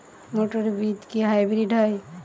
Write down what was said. মটর বীজ কি হাইব্রিড হয়?